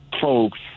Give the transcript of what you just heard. folks